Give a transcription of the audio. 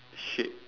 shape